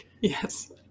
yes